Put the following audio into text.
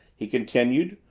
he continued,